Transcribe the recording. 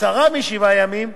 קצרה משבעה ימים,